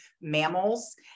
mammals